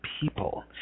people